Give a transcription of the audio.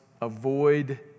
avoid